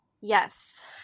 Yes